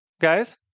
guys